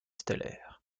stellaire